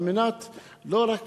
על מנת לא רק